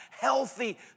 healthy